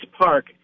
park